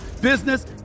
business